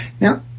Now